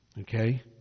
Okay